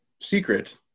secret